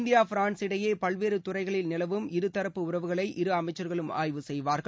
India France இடையே பல்வேறு துறைகளில் நிளலவும் இருதரப்பு உறவுகளை இரு அமைச்சர்களும் ஆய்வு செய்வார்கள்